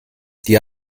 die